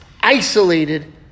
isolated